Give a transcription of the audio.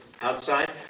outside